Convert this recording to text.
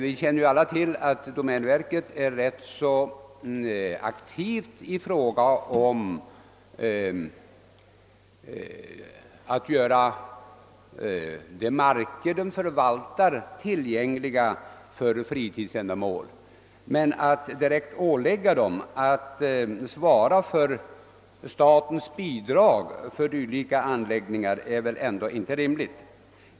Vi känner alla till att domänverket är föredömligt när det gäller att göra de marker det förvaltar tillgängliga för fritidsändamål, men att direkt ålägga verket att svara för statens bidrag till dylika anläggningar är väl ändå inte rimligt.